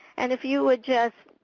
and if you would just